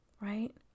right